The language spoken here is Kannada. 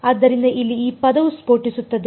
ಆದ್ದರಿಂದ ಇಲ್ಲಿ ಈ ಪದವು ಸ್ಫೋಟಿಸುತ್ತದೆ